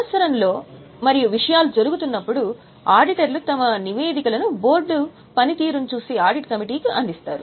సంవత్సరంలో మరియు విషయాలు జరుగుతున్నప్పుడు ఆడిటర్లు తమ నివేదికలను బోర్డు పనితీరును చూసే ఆడిట్ కమిటీకి అందిస్తారు